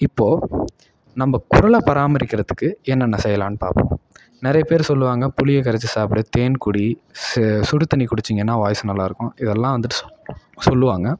இப்போது நம்ப குரலை பராமரிக்கிறத்துக்கு என்னென்ன செய்யலாம்னு பார்ப்போம் நிறைய பேர் சொல்லுவாங்க புளியை கரைச்சு சாப்பிடு தேன்குடி சுடு தண்ணி குடித்தீங்கன்னா வாய்ஸ் நல்லாயிருக்கும் இதெல்லாம் வந்துட்டு சொ சொல்லுவாங்க